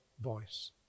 voice